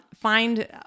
find